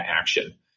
action